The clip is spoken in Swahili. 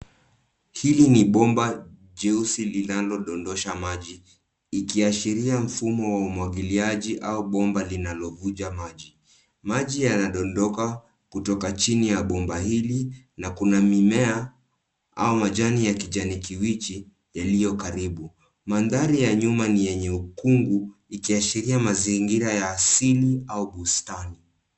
Hili ni bomba jeusi linalo dondosha maji, ikiashiria mfumo wa umwagiliaji au bomba linalovuja maji. Maji yanadondoka kutoka chini ya bomba hili, na Kuna mimea au majani ya kijani kibichi yaliyo karibu. Mandhari ya nyuma ni yenye ukungu, ikiashiria mazingira ya asili au bustani.